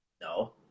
No